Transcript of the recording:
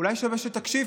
אולי שווה שתקשיב,